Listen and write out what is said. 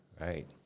Right